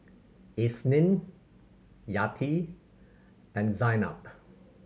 Isnin Yati and Zaynab